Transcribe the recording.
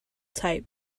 type